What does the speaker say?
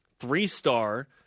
three-star